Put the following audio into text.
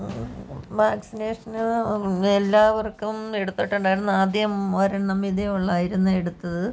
vaccination എല്ലാവർക്കും എടിത്തിട്ടുണ്ടായിരുന്നു ആദ്യം ഒരെണ്ണം വീതമേ ഉള്ളായിരുന്നു എടുത്തത്